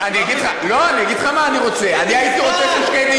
אני אגיד לך מה אני רוצה, שקדי מזמן.